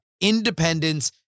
independence